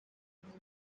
umuntu